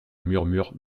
murmure